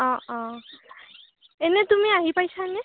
অঁ অঁ এনে তুমি আহি পাইছানে